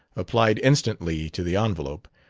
applied instantly to the envelope,